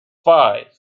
five